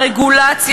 הרגולציה,